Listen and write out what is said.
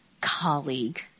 colleague